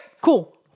cool